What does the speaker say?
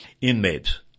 inmates